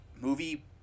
movie